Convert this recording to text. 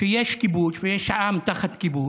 שיש כיבוש ויש עם תחת כיבוש,